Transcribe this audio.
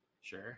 Sure